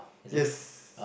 yes